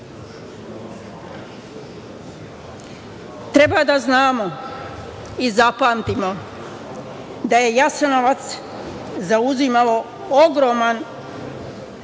da znamo i zapamtimo da je Jasenovac zauzimao ogroman